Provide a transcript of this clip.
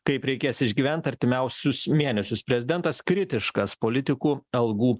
kaip reikės išgyvent artimiausius mėnesius prezidentas kritiškas politikų algų